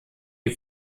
die